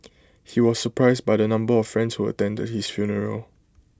he was surprised by the number of friends who attended his funeral